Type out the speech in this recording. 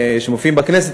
שמופיעים בכנסת,